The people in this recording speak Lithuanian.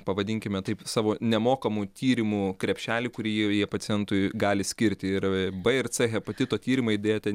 pavadinkime taip savo nemokamų tyrimų krepšelį kurį jau jie pacientui gali skirti ir b ir c hepatito tyrimai deja ten